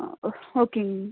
ஆ ஓ ஓகேங்க மேம்